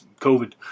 COVID